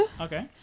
Okay